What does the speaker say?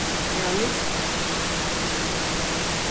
ꯌꯥꯅꯤ